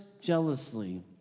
jealously